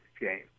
game